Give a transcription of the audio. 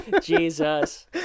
Jesus